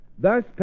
Thus